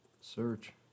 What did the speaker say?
search